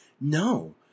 No